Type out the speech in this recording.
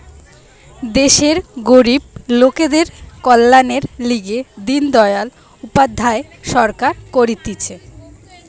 দেশের গরিব লোকদের কল্যাণের লিগে দিন দয়াল উপাধ্যায় সরকার করতিছে